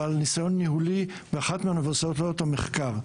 בעל ניסיון ניהולי באחת מאוניברסיטאות המחקר.